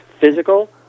physical